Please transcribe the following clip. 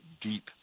deep